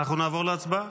אנחנו נעבור להצבעה.